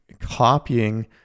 copying